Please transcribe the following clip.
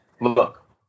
Look